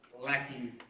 lacking